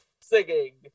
singing